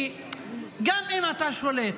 כי גם אם אתה שולט,